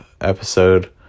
episode